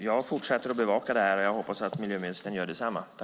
Jag fortsätter att bevaka detta, och jag hoppas att miljöministern gör detsamma.